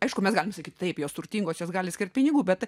aišku mes galime sakyti taip jos turtingos jos gali skirti pinigų bet